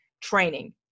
training